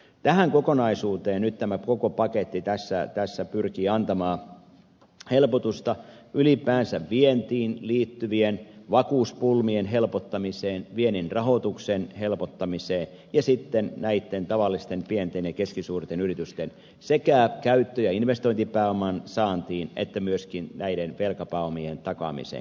tähän kokonaisuuteen nyt tämä koko paketti tässä pyrkii antamaan helpotusta ylipäänsä vientiin liittyvien vakuuspulmien helpottamiseen viennin rahoituksen helpottamiseen ja sitten näitten tavallisten pienten ja keskisuurten yritysten sekä käyttö ja investointipääoman saantiin että myöskin näiden velkapääomien takaamiseen